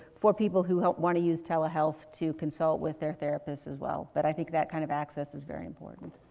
for people who who want to use telehealth to consult with their therapist, as well. but i think that kind of access is very important.